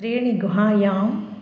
त्रीणि गुहायाम्